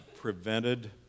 prevented